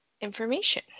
information